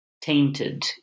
tainted